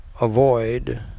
avoid